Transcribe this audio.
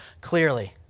clearly